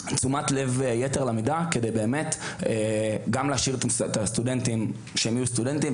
ותשומת לב יתר על המידה כדי באמת להשאיר את הסטודנטים שיישארו סטודנטים,